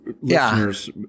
listeners